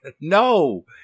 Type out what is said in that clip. No